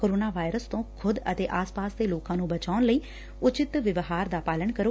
corona virus ਤੋਂ ਖੁਦ ਅਤੇ ਆਸ ਪਾਸ ਦੇ ਲੋਕਾਂ ਨੂੰ ਬਚਾਉਣ ਲਈ ਉਚਿਤ ਵਿਹਾਰ ਦਾ ਪਾਲਣ ਕਰੋ